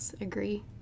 agree